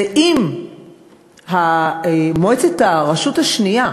ואם מועצת הרשות השנייה